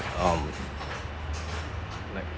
um like